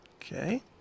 Okay